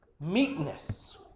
meekness